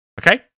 Okay